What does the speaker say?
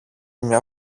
μια